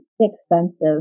expensive